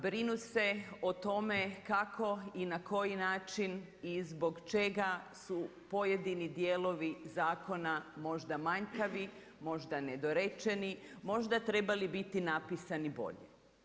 Brinu se o tome kako i na koji način i zbog čega su pojedini dijelovi zakona možda manjkavi, možda nedorečeni, možda trebali biti napisani bolje.